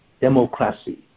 democracy